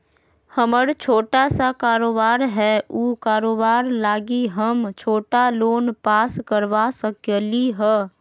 हमर छोटा सा कारोबार है उ कारोबार लागी हम छोटा लोन पास करवा सकली ह?